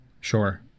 Sure